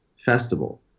festival